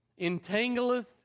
entangleth